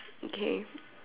okay